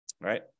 right